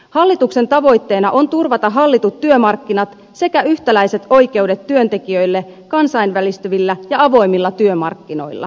hallituksen tavoitteena on turvata hallitut työmarkkinat sekä yhtäläiset oikeudet työntekijöille kansainvälistyvillä ja avoimilla työmarkkinoilla